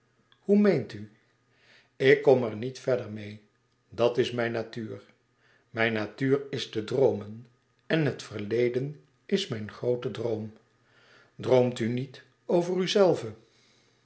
hoe meent u ik kom er niet verder meê dat is mijn natuur mijn natuur is te droomen en het verleden is mijn groote droom droomt u niet over uzelven